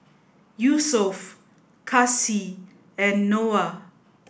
Yusuf Kasih and Noah